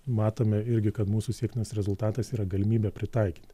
matome irgi kad mūsų siektinas rezultatas yra galimybė pritaikyti